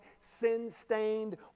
sin-stained